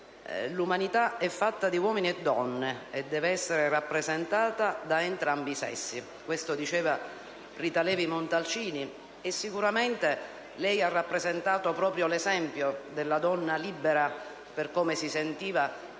«L'umanità è fatta di uomini e donne e deve essere rappresentata da entrambi i sessi». Questo diceva Rita Levi-Montalcini, che sicuramente ha rappresentato l'esempio della donna libera, come ella si sentiva.